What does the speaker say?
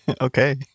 Okay